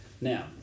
now